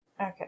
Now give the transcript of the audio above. Okay